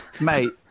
mate